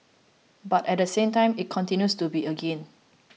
but at the same time it continues to be a gain